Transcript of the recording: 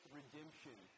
redemption